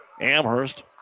Amherst